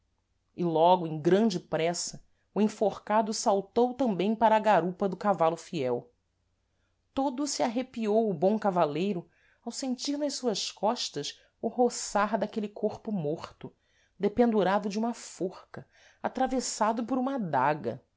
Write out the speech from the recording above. e logo em grande pressa o enforcado saltou tambêm para a garupa do cavalo fiel todo se arrepiou o bom cavaleiro ao sentir nas suas costas o roçar daquele corpo morto dependurado de uma forca atravessado por uma adaga